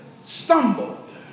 stumbled